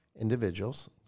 individuals